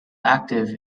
active